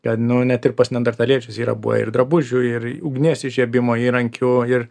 kad nu net ir pas neandartaliečius yra buvę ir drabužių ir ugnies įžiebimo įrankių ir